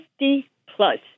50-plus